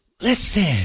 Listen